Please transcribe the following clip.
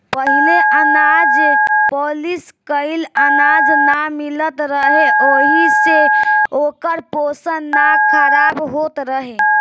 पहिले अनाज पॉलिश कइल अनाज ना मिलत रहे ओहि से ओकर पोषण ना खराब होत रहे